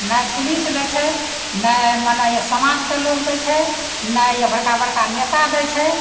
नहि पुलिस दै छै नहि मने यए समाज से लोग दै छै नहि यए बड़का बड़का नेता दै छै